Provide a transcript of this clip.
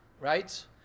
right